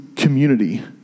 community